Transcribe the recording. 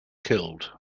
killed